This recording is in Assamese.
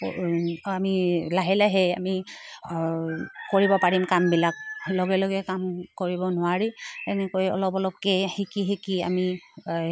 আমি লাহে লাহে আমি কৰিব পাৰিম কামবিলাক লগে লগে কাম কৰিব নোৱাৰি তেনেকৈ অলপ অলপকৈ শিকি শিকি আমি